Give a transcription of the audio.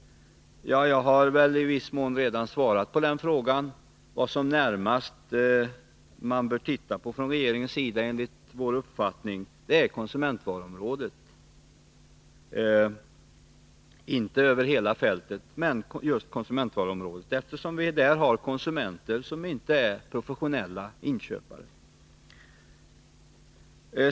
Jag har väl i viss mån redan svarat på den frågan. Vad man från regeringens sida närmast bör se på är enligt vår mening konsumentvaruområdet — inte hela fältet men just konsumentvaruområdet, eftersom vi har konsumenter som inte är professionella inköpare.